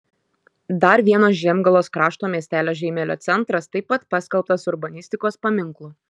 dar vieno žiemgalos krašto miestelio žeimelio centras taip pat paskelbtas urbanistikos paminklu